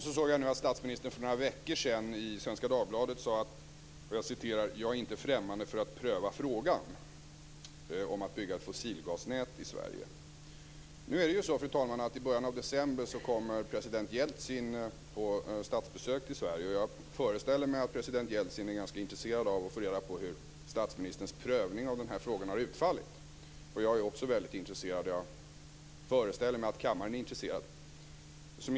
Jag såg i Svenska Dagbladet för några veckor sedan att statsministern när det gällde byggandet av ett fossilgasnät i Sverige sagt: "Jag är inte främmande för att pröva tanken." Fru talman! I början av december kommer president Jeltsin på statsbesök till Sverige. Jag föreställer mig att han är ganska intresserad av att få reda på hur statsministerns prövning av frågan har utfallit. Jag är också väldigt intresserad, och jag föreställer mig att kammaren också är det.